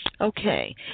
Okay